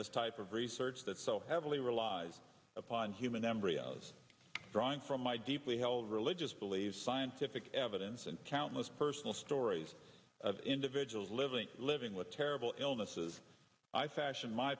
this type of research that so heavily relies upon human embryos drawn from my deeply held really just believe scientific evidence and countless personal stories of individuals living living with terrible illnesses i fashion my